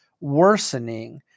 worsening